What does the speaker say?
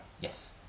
Yes